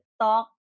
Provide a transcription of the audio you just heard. talk